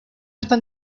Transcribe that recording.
están